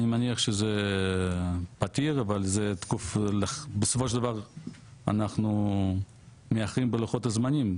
אני מניח שזה פתיר אבל בסופו של דבר אנחנו מאחרים בלוחות הזמנים,